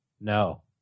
No